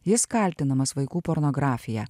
jis kaltinamas vaikų pornografija